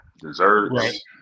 desserts